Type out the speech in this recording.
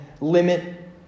limit